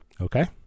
Okay